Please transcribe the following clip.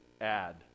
add